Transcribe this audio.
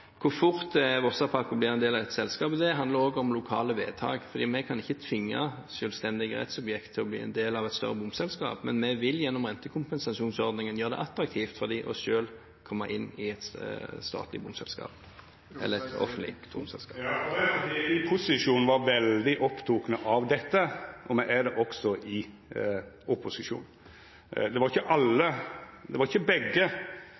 Hvor fort Vossapakko blir en del av et selskap, handler også om lokale vedtak. Vi kan ikke tvinge selvstendige rettsobjekter til å bli en del av et større bompengeselskap, men vi vil gjennom rentekompensasjonsordningen gjøre det attraktivt for dem å komme inn i et statlig bompengeselskap. Arbeidarpartiet i posisjon var veldig opptekne av dette, og me er det også i opposisjon. Det var ikkje begge